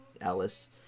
Alice